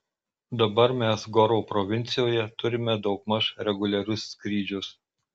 dabar mes goro provincijoje turime daugmaž reguliarius skrydžius